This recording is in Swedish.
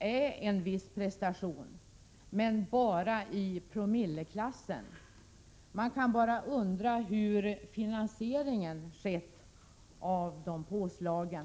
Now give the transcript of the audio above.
utgör en viss prestation — men bara i promilleklassen. Man kan bara undra hur de påslagen skall finansieras.